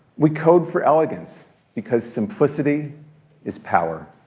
we code for elegance because simplicity is power.